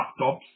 laptops